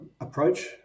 approach